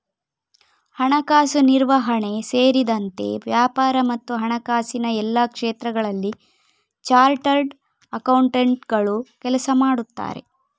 ಹಣಕಾಸು ನಿರ್ವಹಣೆ ಸೇರಿದಂತೆ ವ್ಯಾಪಾರ ಮತ್ತು ಹಣಕಾಸಿನ ಎಲ್ಲಾ ಕ್ಷೇತ್ರಗಳಲ್ಲಿ ಚಾರ್ಟರ್ಡ್ ಅಕೌಂಟೆಂಟುಗಳು ಕೆಲಸ ಮಾಡುತ್ತಾರೆ